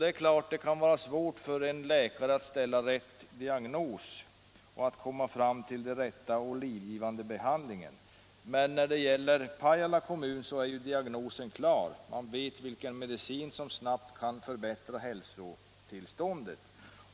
Det är klart att det kan vara svårt för en läkare att ställa rätt diagnos och att komma fram till den rätta och livgivande behandlingen. Men när det gäller Pajala kommun är diagnosen klar, man vet vilken medicin som snabbt kan förbättra hälsotillståndet.